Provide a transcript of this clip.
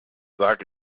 sag